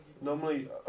Normally